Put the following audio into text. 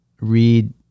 read